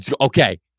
Okay